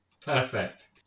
Perfect